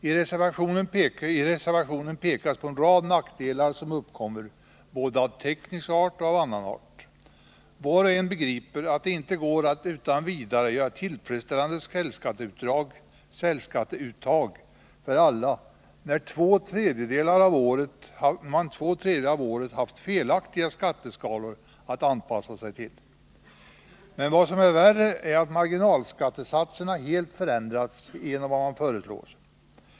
I reservationen på denna punkt pekas på en rad nackdelar som uppkommer, både av teknisk art och av annan art. Var och en begriper att det inte går att utan vidare göra tillfredsställande källskatteuttag för alla när man två tredjedelar av året haft felaktiga skatteskalor att anpassa sig till. Men vad som är värre är att marginalskattesatserna helt förändras genom vad som föreslås.